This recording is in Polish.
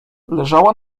leżała